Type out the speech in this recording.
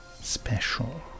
special